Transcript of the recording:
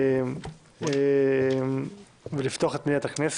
אני מתכבד לפתוח את ישיבת ועדת הכנסת.